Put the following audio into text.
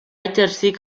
exercir